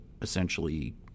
Essentially